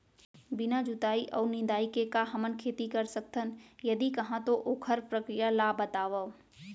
बिना जुताई अऊ निंदाई के का हमन खेती कर सकथन, यदि कहाँ तो ओखर प्रक्रिया ला बतावव?